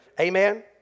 Amen